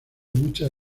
muchas